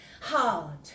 Hard